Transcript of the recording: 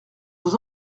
vous